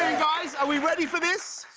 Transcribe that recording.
guys? are we ready for this?